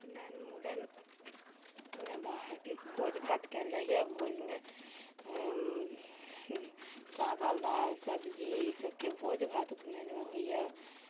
उपनैन मुड़न मे बाहरके भोज भात कयल जाइए भोजमे चावल दालि सब्जी ई सभके भोज भात उपनैनमे होइए